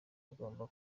agomba